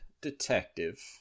detective